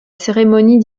cérémonie